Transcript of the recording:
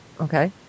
okay